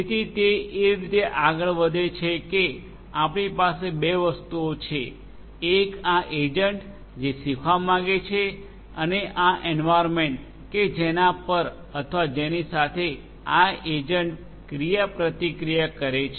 તેથી તે એ રીતે આગળ વધે છે કે આપણી પાસે બે વસ્તુઓ છે એક આ એજન્ટ જે શીખવા માંગે છે અને આ એન્વાર્યન્મેન્ટ કે જેના પર અથવા જેની સાથે આ એજન્ટ ક્રિયાપ્રતિક્રિયા કરે છે